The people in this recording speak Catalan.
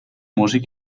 músic